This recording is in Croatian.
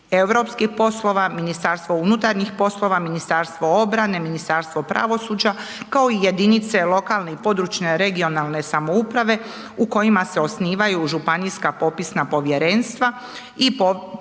europskih poslova, MUP, Ministarstvo obrane, Ministarstvo pravosuđa kao i jedinice lokalne i područne (regionalne) samouprave u kojima se osnivaju županijska popisna povjerenstva i popisno